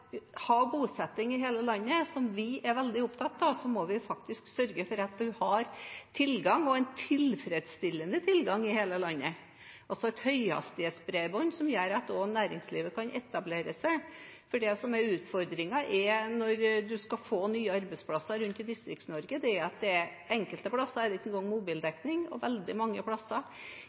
bosetting i hele landet, noe vi er veldig opptatt av, må vi faktisk sørge for at en har tilgang, en tilfredsstillende tilgang, i hele landet, og et høyhastighetsbredbånd, som gjør at også næringslivet kan etablere seg. For det som er utfordringen når en skal få nye arbeidsplasser rundt i Distrikts-Norge, er at det enkelte steder ikke er mobildekning, og veldig mange steder er det ikke